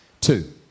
Two